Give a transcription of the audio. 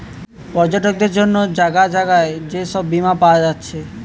পর্যটকদের জন্যে জাগায় জাগায় যে সব বীমা পায়া যাচ্ছে